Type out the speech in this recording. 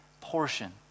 portion